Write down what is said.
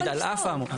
להגיד על אף האמור.